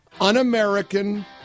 un-American